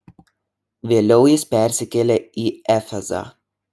vėliau jis persikėlė į efezą